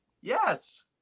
Yes